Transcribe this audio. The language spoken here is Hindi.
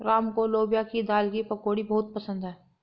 राम को लोबिया की दाल की पकौड़ी बहुत पसंद हैं